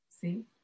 See